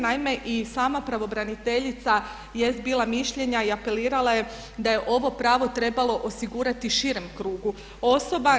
Naime i sama pravobraniteljica jest bila mišljenja i apelirala je da je ovo pravo trebalo osigurati širem krugu osoba.